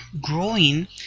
growing